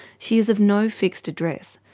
she is of no fixed address,